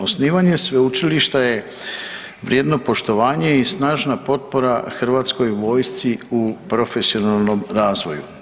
Osnivanje Sveučilišta je vrijedno poštovanje i snažna potpora Hrvatskoj vojsci u profesionalnom razvoju.